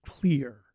clear